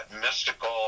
mystical